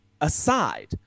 aside